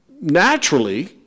naturally